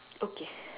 okay